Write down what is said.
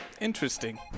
interesting